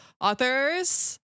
authors